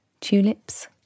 Tulips